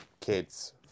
Kids